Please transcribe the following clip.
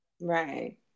Right